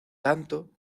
tanto